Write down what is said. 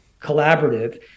collaborative